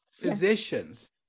physicians